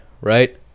right